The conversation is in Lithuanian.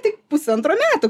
tik pusantro metų